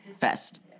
Fest